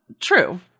true